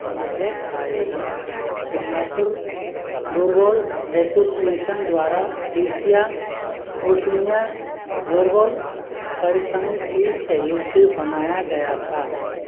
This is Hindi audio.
यह आयोजन सिंगापुर फ़्लोरबॉल एसोसिएशन द्वारा एशिया ओशनिया फ़्लोरबॉल परिसंघ के सहयोग से बनाया गया था